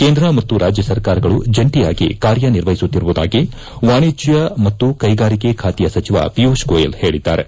ಕೇಂದ್ರ ಮತ್ತು ರಾಜ್ಯ ಸರ್ಕಾರಗಳು ಜಂಟಿಯಾಗಿ ಕಾರ್ಯನಿರ್ವಹಿಸುತ್ತಿರುವುದಾಗಿ ವಾಣಿಜ್ಯ ಮತ್ತು ಕೈಗಾರಿಕೆ ಖಾತೆಯ ಸಚಿವ ಪಿಯೂಷ್ ಗೋಯಲ್ ಹೇಳದ್ದಾರೆ